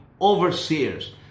overseers